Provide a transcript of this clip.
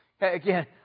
Again